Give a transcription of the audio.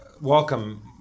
welcome